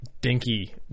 dinky